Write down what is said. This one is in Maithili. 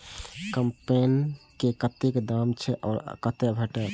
कम्पेन के कतेक दाम छै आ कतय भेटत?